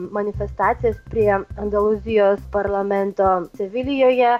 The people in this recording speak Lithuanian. manifestacijas prie andalūzijos parlamento sevilijoje